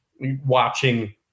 watching